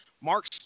Mark's